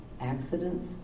accidents